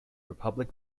republic